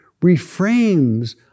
reframes